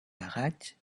pagats